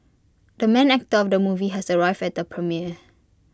the main actor of the movie has arrived at the premiere